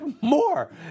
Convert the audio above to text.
more